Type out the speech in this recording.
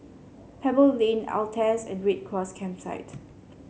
Pebble Lane Altez and Red Cross Campsite